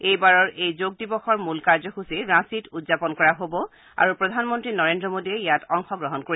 এইবাৰৰ যোগ দিৱসৰ মূল কাৰ্যসূচী ৰাঁচীত উদযাপন কৰা হ'ব আৰু প্ৰধানমন্ত্ৰী নৰেন্দ্ৰ মোদীয়ে ইয়াত অংশগ্ৰহণ কৰিব